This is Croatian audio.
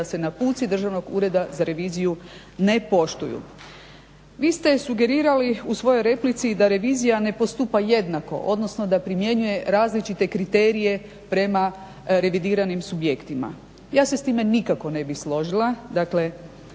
da se naputci Državnog ureda za reviziju ne poštuju. Vi ste sugerirali u svojoj replici da revizija ne postupa jednako odnosno da primjenjuje različite kriterije prema revidiranim subjektima. Ja se s time nikako ne bi složila.